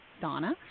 Donna